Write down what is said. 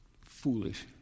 foolish